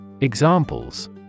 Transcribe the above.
Examples